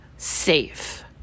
safe